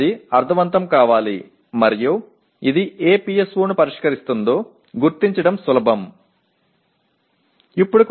அது அர்த்தமுள்ளதாக இருக்க வேண்டும் மேலும் இது எந்த PSO ஐக் குறிக்கிறது என்பதை எளிதாக அடையாளம் காண வேண்டும்